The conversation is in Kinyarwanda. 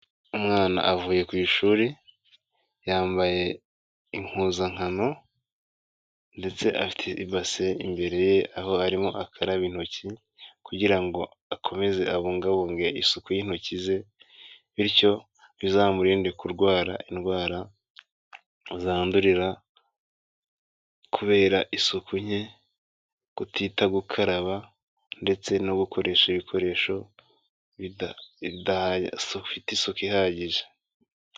Umwana avuye ku ishuri, yambaye impuzankano, ndetse afite ibase imbere ye, aho arimo akaraba intoki kugira ngo akomeze abungabunge isuku y'intoki ze, bityo bizamurinde kurwara indwara zandurira, kubera isuku nke, kutita gukaraba, ndetse no gukoresha ibikoresho bidafite isuku ihagije.